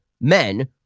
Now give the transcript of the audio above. men